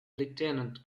lieutenant